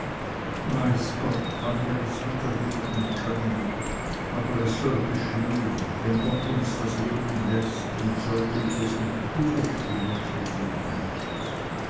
weiß gott wann wir es wieder geben können aber es soll geschehen wenn gott uns das leben läßt und sollte ich es mit kuderspinnen verdienen